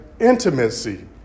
intimacy